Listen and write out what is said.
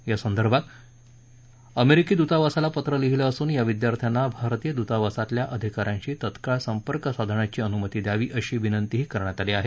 यासंदर्भात अमेरिकी दुतावासांला पत्र लिहिलं असून या विद्यार्थ्यांना भारतीय दुतावासातल्या अधिकारा यांशी तकाळ संर्पक साधण्याची अनुमती द्यावी अशी विनंतीही करण्यात आली आहे